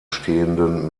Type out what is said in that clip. stehenden